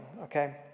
okay